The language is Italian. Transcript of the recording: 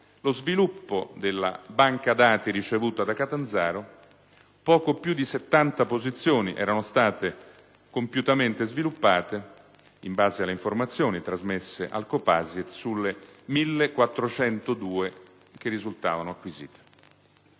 lo sviluppo della banca dati ricevuta da Catanzaro (poco più di 70 posizioni erano state compiutamente sviluppate, in base alle informazioni trasmesse al COPASIR, sulle 1.402 che risultavano acquisite).